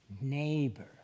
neighbor